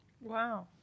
Wow